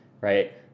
right